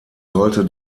sollte